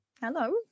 Hello